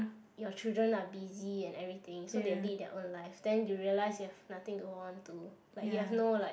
your children are busy and everything so they lead their own life then you realise you have nothing to hold on to like you have no like